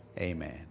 Amen